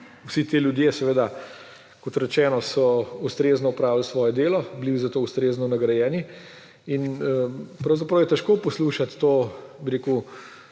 vsi ti ljudje, kot rečeno, so ustrezno opravili svoje delo, bili za to ustrezno nagrajeni in pravzaprav je težko poslušati to vaše